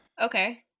Okay